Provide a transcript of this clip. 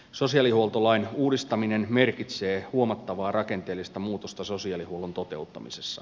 sosiaalihuoltolain uudistaminen merkitsee huomattavaa rakenteellista muutosta sosiaalihuollon toteuttamisessa